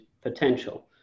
potential